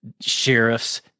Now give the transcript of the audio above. sheriffs